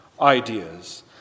ideas